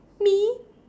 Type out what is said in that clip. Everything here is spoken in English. me